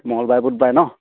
মঙ্গলবাৰে বুধবাৰে ন